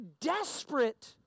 desperate